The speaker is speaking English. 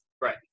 Right